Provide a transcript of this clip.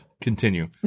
Continue